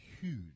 huge